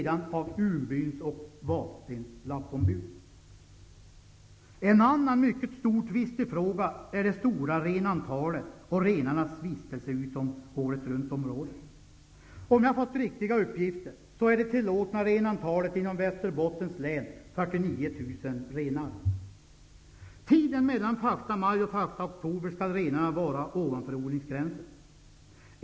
En annan mycket stor tvistefråga är det stora renantalet och renarnas vistelse utom åretruntområdet. Om jag fått riktiga uppgifter är det tillåtna renantalet inom Västerbottens län oktober skall renarna vara ovanför odlingsgränsen.